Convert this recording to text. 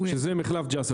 שזה מחלף ג'סר.